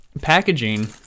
packaging